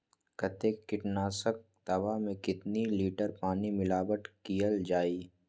कतेक किटनाशक दवा मे कितनी लिटर पानी मिलावट किअल जाई?